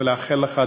ולאחל לך,